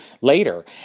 later